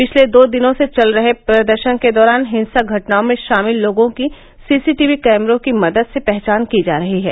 पिछले दो दिनों से चले प्रदर्शन के दौरान हिंसक घटनाओं में शामिल लोगों की सीसीटीवी कैमरों की मदद से पहचान की जा रही है